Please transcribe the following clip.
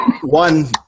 one